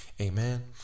Amen